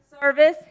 service